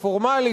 הפורמלית,